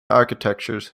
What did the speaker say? architectures